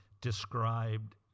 described